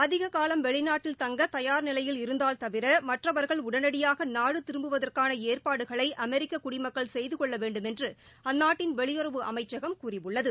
அதிக காலம் வெளிநாட்டில் தங்க தயார் நிலையில் இருந்தால் தவிர மற்றவர்கள் உடனடியாக நாடு திரும்புவதற்கான ஏற்பாடுகளை அமெரிக்க குடிமக்கள் செய்து கொள்ள வேண்டுமென்று அஅ்நாட்டின் வெளியுறவு அமைச்சகம் கூறியுள்ளது